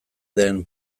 den